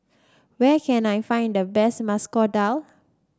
where can I find the best Masoor Dal